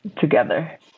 together